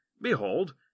behold